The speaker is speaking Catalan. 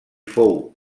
fou